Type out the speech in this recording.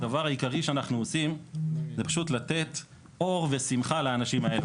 הדבר העיקרי שאנחנו עושים זה פשוט לתת אור ושמחה לאנשים האלה.